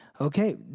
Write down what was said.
okay